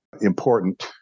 important